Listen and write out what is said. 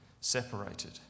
separated